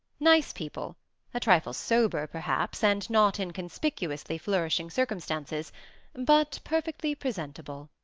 nice people a trifle sober, perhaps, and not in conspicuously flourishing circumstances but perfectly presentable.